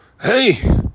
hey